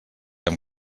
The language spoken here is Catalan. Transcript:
amb